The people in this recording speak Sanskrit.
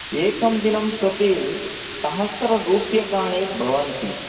एकं दिनं प्रति सहस्ररूप्यकाणि भवन्ति